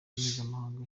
mpuzamahanga